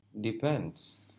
Depends